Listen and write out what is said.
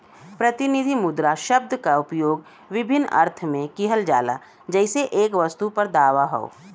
प्रतिनिधि मुद्रा शब्द क उपयोग विभिन्न अर्थ में किहल जाला जइसे एक वस्तु पर दावा हौ